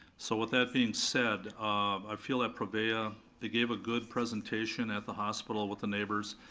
so with that being said, um i feel that prevea, they gave a good presentation at the hospital with the neighbors.